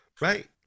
right